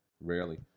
Rarely